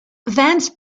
vance